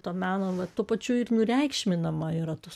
to meno vat tuo pačiu ir nureikšminama yra tas